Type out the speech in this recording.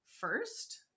first